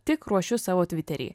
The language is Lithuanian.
tik ruošiu savo tviterį